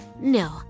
No